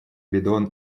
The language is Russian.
бидон